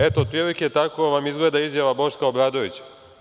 Eto, otprilike tako vam izgleda izjava Boška Obradovića.